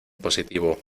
positivo